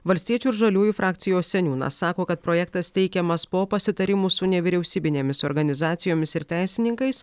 valstiečių ir žaliųjų frakcijos seniūnas sako kad projektas teikiamas po pasitarimų su nevyriausybinėmis organizacijomis ir teisininkais